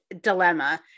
dilemma